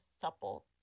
supple